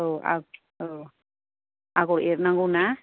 औ औ आगर एरनांगौना